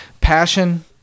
Passion